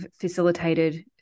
facilitated